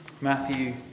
Matthew